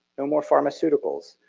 no more pharmaceuticals.